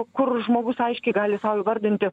kur žmogus aiškiai gali sau įvardinti